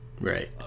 Right